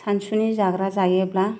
सानसुनि जाग्रा जायोब्ला